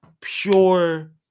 pure